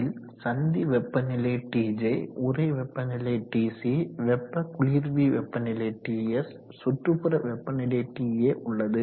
அதில் சந்தி வெப்பநிலை TJ உறை வெப்பநிலை TC வெப்ப குளிர்வி வெப்பநிலை TS சுற்றுப்புற வெப்பநிலை TA உள்ளது